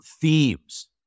themes